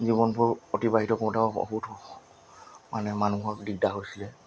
জীৱনবোৰ অতিবাহিত কৰোতেও বহুত মানে মানুহৰ দিগদাৰ হৈছিলে